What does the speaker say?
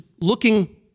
looking